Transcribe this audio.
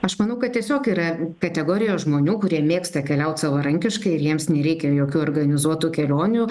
aš manau kad tiesiog yra kategorija žmonių kurie mėgsta keliaut savarankiškai ir jiems nereikia jokių organizuotų kelionių